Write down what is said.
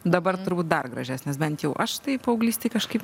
dabar turbūt dar gražesnis bent jau aš tai paauglystėj kažkaip